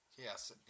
Yes